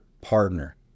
partner